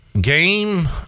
game